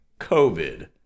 COVID